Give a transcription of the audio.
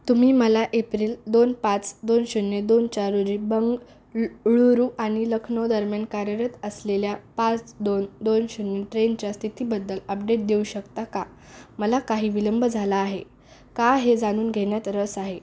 तुम्ही मला एप्रिल दोन पाच दोन शून्य दोन चार रोजी बंगळुरू आणि लखनौ दरम्यान कार्यरत असलेल्या पाच दोन दोन शून्य ट्रेनच्या स्थितीबद्दल अपडेट देऊ शकता का मला काही विलंब झाला आहे का हे जाणून घेण्यात रस आहे